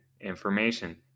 information